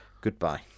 Goodbye